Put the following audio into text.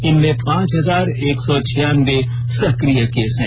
इनमें पांच हजार एक सौ छियानबे सक्रिय केस हैं